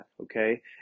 okay